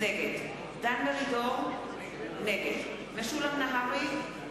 נגד דן מרידור, נגד משולם נהרי,